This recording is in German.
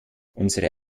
unsere